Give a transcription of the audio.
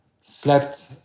slept